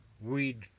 weed